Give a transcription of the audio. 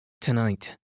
Tonight